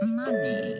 money